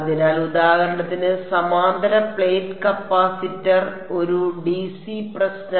അതിനാൽ ഉദാഹരണത്തിന് സമാന്തര പ്ലേറ്റ് കപ്പാസിറ്റർ ഒരു ഡിസി പ്രശ്നം